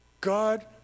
God